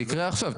זה יקרה עכשיו.